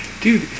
Dude